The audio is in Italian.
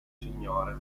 signore